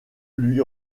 lui